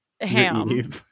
ham